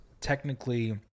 technically